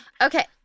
Okay